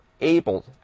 able